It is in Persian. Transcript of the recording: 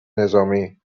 نظامی